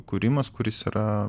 kūrimas kuris yra